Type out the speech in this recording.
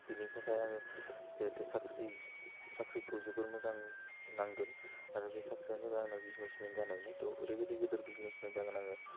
बिनि थाखाय आङो जिहेतु साख्रि साख्रिखौ जोबोर मोजां नांगोन आरो बे साख्रिआनो जाबाय आंनो बिजिनिसमेन जानायनि थह ओरैबायदि गोदोर बिजिनिसमेन जागोन आङो